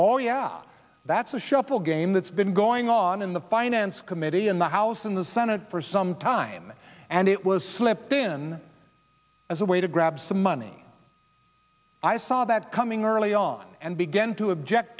all yeah that's a shuffle game that's been going on in the finance committee in the house in the senate for some time and it was slippin as a way to grab some money i saw that coming early on and began to object